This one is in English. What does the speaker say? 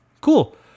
Cool